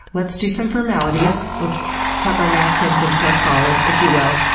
let's do some formalities. let's tuck our napkins into our collar, if you will.